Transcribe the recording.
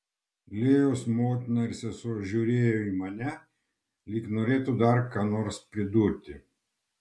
lėjos motina ir sesuo žiūrėjo į mane lyg norėtų dar ką nors pridurti